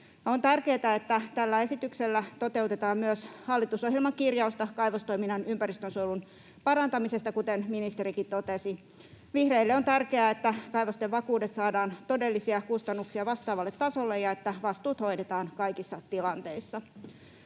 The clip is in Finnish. On tärkeätä, että tällä esityksellä toteutetaan myös hallitusohjelman kirjausta kaivostoiminnan ympäristönsuojelun parantamisesta, kuten ministerikin totesi. Vihreille on tärkeää, että kaivosten vakuudet saadaan todellisia kustannuksia vastaavalle tasolle ja että vastuut hoidetaan kaikissa tilanteissa.